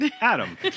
Adam